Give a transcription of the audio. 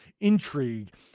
intrigue